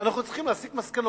אנחנו צריכים להסיק מסקנות.